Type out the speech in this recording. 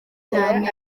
cyane